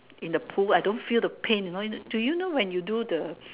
in the pool I don't feel the pain you know do you know when you do the